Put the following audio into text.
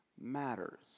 matters